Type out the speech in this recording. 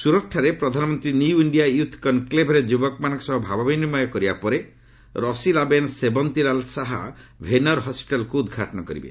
ସୁରତ୍ଠାରେ ପ୍ରଧାନମନ୍ତ୍ରୀ new India youth କନ୍କ୍ଲେଭ୍ରେ ଯୁବକମାନଙ୍କ ସହ ଭାବ ବିନିମୟ କରିବା ପରେ ରସିଲାବେନ୍ ସେବନ୍ତୀଲାଲ୍ ଶାହ ଭେନର୍ ହସ୍କିଟାଲ୍କୁ ଉଦ୍ଘାଟନ କରିବେ